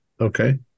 Okay